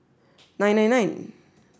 nine nine nine